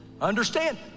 understand